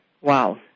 Wow